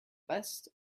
best